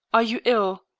are you ill?